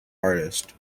artist